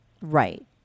Right